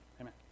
Amen